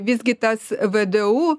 visgi tas vdu